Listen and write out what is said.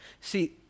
See